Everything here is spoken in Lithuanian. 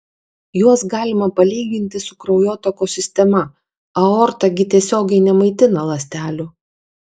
juos galima palyginti su kraujotakos sistema aorta gi tiesiogiai nemaitina ląstelių